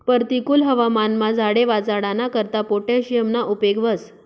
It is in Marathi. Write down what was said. परतिकुल हवामानमा झाडे वाचाडाना करता पोटॅशियमना उपेग व्हस